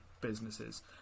businesses